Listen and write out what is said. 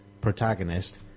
protagonist